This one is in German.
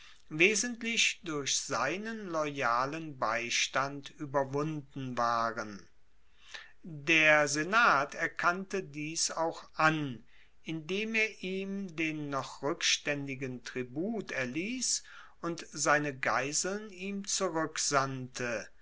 wesentlich durch seinen loyalen beistand ueberwunden waren der senat erkannte dies auch an indem er ihm den noch rueckstaendigen tribut erliess und seine geiseln ihm